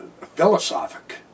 philosophic